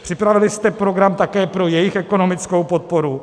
Připravili jste program také pro jejich ekonomickou podporu?